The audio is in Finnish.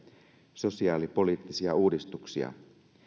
sosiaalipoliittisia uudistuksia